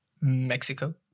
Mexico